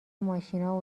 ماشینا